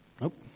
Nope